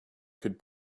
could